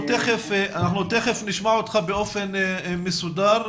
אנחנו תיכף נשמע אותך באופן מסודר.